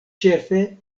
ĉefe